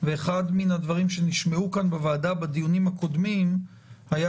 אחד מן הדברים שנשמעו כאן בוועדה בדיונים הקודמים היה